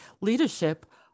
leadership